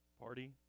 party